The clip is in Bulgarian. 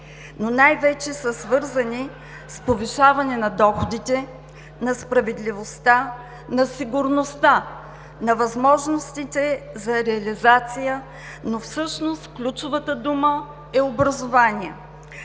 но най-вече са свързани с повишаване на доходите, на справедливостта, на сигурността, на възможностите за реализация. Но всъщност ключовата дума е образование.